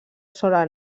sola